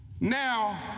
Now